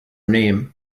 name